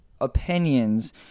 opinions